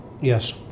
yes